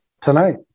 tonight